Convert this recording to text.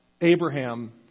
Abraham